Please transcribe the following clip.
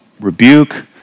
rebuke